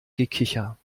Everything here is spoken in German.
gekicher